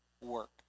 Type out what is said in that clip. work